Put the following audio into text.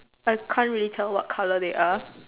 I can't really tell what color they are